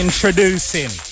Introducing